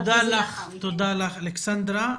תודה לך, אלכסנדרה.